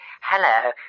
Hello